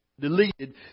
deleted